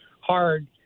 hard